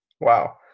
Wow